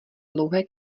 dlouhé